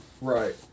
Right